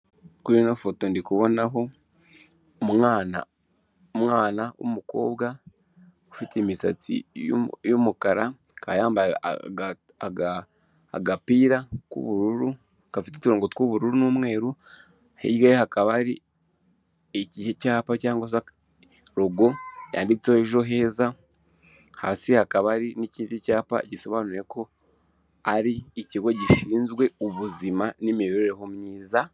Kuri inoo foto ndikubonaho umwana, umwana w'umukobwa ufite imisatsi y'umukara yambaye agapira k'ubururu gafite uturongo tw'ubururu n'umweru. Hirya ye hakaba hari igihe icyapa cyangwa se rugo yanditse ejo heza. Hasi hakaba hari n'ikindi cyapa gisobanuye ko ari ikigo gishinzwe ubuzima n'imibereho myiza.